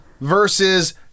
versus